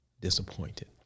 disappointed